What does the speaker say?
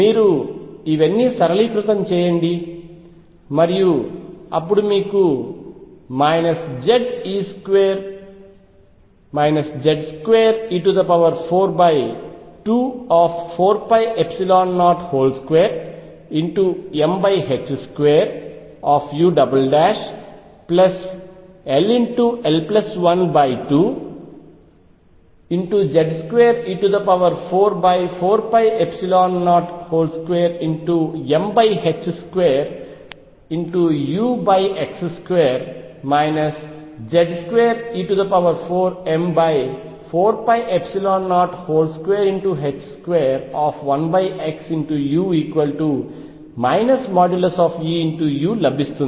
మీరు ఇవన్నీ సరళీకృతం చేయండి మరియు అప్పుడు మీకు Z2e424π02m2ull12Z2e44π02m2ux2 Z2e4m4π0221xu |E|u లభిస్తుంది